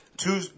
Two